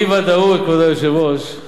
אי-ודאות זו, כבוד היושב-ראש,